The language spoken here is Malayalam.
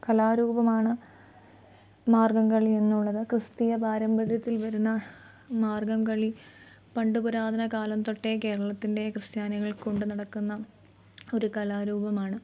കലാരൂപമാണ് മാർഗംകളി എന്നുള്ളത് ക്രിസ്തീയ പാരമ്പര്യത്തിൽ വരുന്ന മാർഗംകളി പണ്ട് പുരാതനകാലം തൊട്ടേ കേരളത്തിൻ്റെ ക്രിസ്ത്യാനികൾ കൊണ്ടുനടക്കുന്ന ഒരു കലാരൂപമാണ്